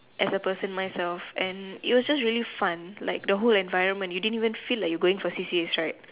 as a person myself and it was just really fun like the whole environment you didn't even feel like you were going for C_C_As right